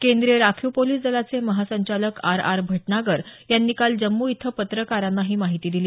केंद्रीय राखीव पोलिस दलाचे महासंचालक आर आर भटनागर यांनी काल जम्मू इथं पत्रकारांना ही माहिती दिली